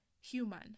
human